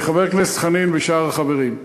חבר הכנסת חנין ושאר החברים,